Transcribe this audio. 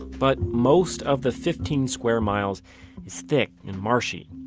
but most of the fifteen square miles is thick and marshy.